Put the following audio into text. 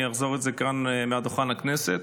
אני אחזור על זה כאן מעל דוכן הכנסת.